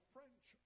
French